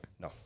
No